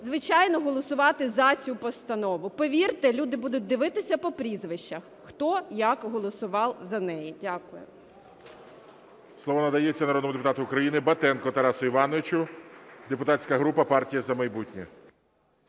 звичайно, голосувати "за" цю постанову. Повірте, люди будуть дивитися по прізвищах, хто як голосував за неї. Дякую. ГОЛОВУЮЧИЙ. Слово надається народному депутату України Батенку Тарасу Івановичу, депутатська група "Партії "За майбутнє".